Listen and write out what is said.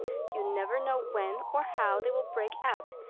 you never know when or how they will break out.